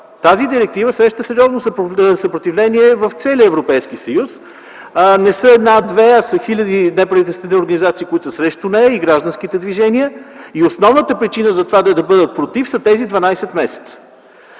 Тази директива среща сериозно съпротивление в целия Европейски съюз. Не са една или две, а са хиляди неправителствените организации, които са срещу нея, а също и гражданските движения. Основната причина те да бъдат против са тези 12 месеца.